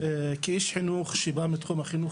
כאיש חינוך שבא מתחום החינוך,